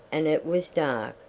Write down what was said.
and it was dark,